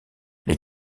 les